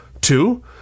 Two